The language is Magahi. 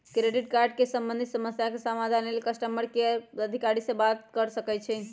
क्रेडिट कार्ड से संबंधित समस्या के समाधान लेल कस्टमर केयर अधिकारी से बात कर सकइछि